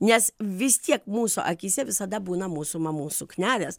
nes vis tiek mūsų akyse visada būna mūsų mamų suknelės